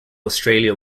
australia